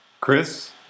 Chris